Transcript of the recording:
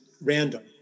random